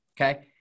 Okay